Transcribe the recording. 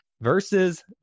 versus